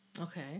Okay